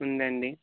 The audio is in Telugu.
ఉందండి